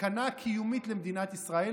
הסכנה הקיומית למדינת ישראל,